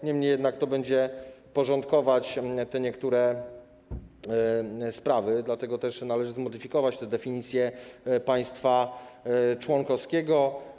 Niemniej jednak będzie to porządkować niektóre sprawy, dlatego też należy zmodyfikować definicję państwa członkowskiego.